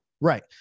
Right